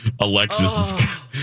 Alexis